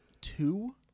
two